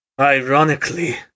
ironically